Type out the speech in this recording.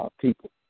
people